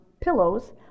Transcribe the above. pillows